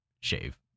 shave